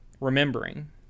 remembering